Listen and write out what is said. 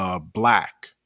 Black